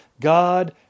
God